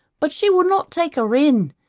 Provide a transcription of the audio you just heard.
but she would not take her in,